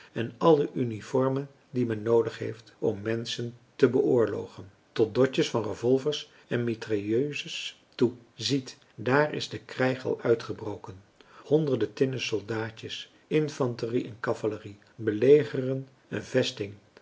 en alle uniformen die men noodig heeft om menschen te beoorlogen tot dodjes van revolvers en mitrailleuses toe ziet daar is de krijg al uitgebroken honderden tinnen soldaatjes infanterie en cavalerie belegeren een vesting